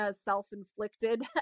self-inflicted